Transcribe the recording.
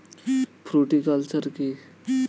Fruticulture কী?